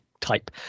type